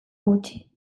gutxi